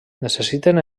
necessiten